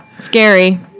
Scary